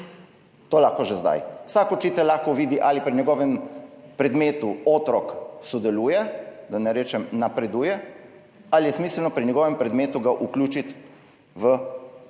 To lahko že zdaj, vsak učitelj lahko vidi, ali pri njegovem predmetu otrok sodeluje, da ne rečem napreduje, ali ga je smiselno pri njegovem predmetu vključiti v dodatne